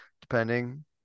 depending